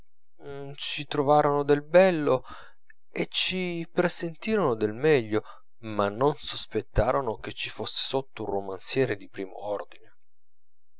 forza ci trovarono del bello e ci presentirono del meglio ma non sospettarono che ci fosse sotto un romanziere di primo ordine